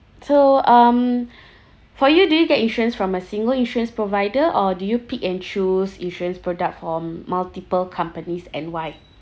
so um for you do you get insurance from a single insurance provider or do you pick and choose insurance product from multiple companies and why